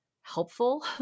helpful